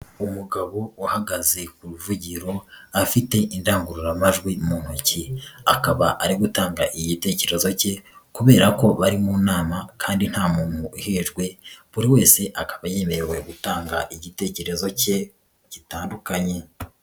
Umugabo uhagaze ku ruvugiro, afite indangururamajwi mu ntoki, akaba ari gutanga igitekerezo cye kubera ko bari mu nama kandi nta muntu uhejwe, buri wese akaba yemerewe gutanga igitekerezo cye gitandukanye.